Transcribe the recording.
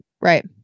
Right